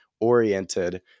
Oriented